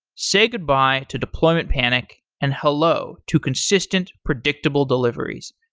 say goodbye to deployment panic and hello to consistent predictable deliveries.